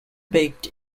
baked